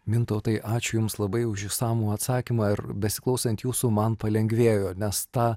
mintautai ačiū jums labai už išsamų atsakymą ir besiklausant jūsų man palengvėjo nes tą